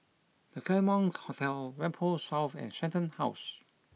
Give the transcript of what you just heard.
The Claremont Hotel Whampoa South and Shenton House